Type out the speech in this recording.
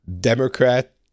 Democrat